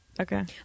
Okay